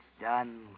done